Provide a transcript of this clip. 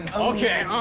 okay,